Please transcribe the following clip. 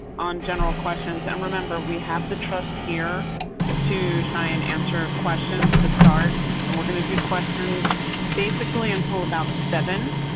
on general questions, and um remember, we have the trust here to try and answer questions to start and we're going to do questions basically until about seven.